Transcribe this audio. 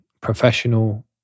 professional